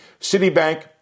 Citibank